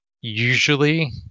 usually